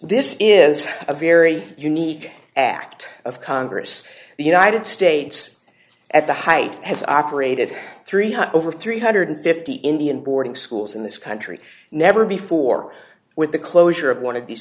this is a very unique act of congress the united states at the height has operated three hundred over three hundred and fifty indian boarding schools in this country never before with the closure of one of these